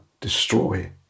destroy